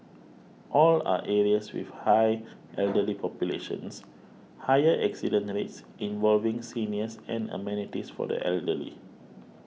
all are areas with high elderly populations higher accident rates involving seniors and amenities for the elderly